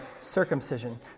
circumcision